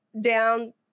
down